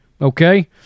okay